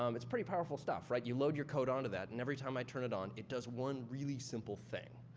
um it's pretty powerful stuff, right? you load your code on to that. and every time i turn it on, it does one really simple thing.